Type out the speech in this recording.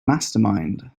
mastermind